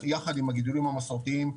יחד עם הגידולים המסורתיים,